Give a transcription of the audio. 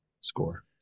score